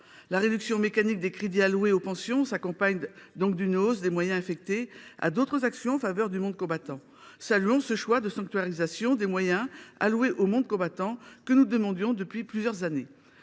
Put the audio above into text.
La réduction mécanique des crédits alloués aux pensions s’accompagne d’une hausse des moyens affectés à d’autres actions en faveur du monde combattant. Saluons ce choix de sanctuarisation des moyens, que nous demandions depuis plusieurs années.